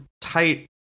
tight